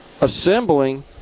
assembling